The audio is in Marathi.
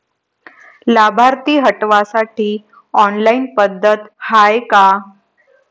लाभार्थी हटवासाठी ऑनलाईन पद्धत हाय का?